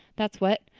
that's what,